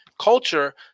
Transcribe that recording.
culture